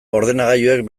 ordenagailuek